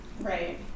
Right